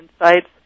insights